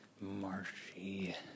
marshy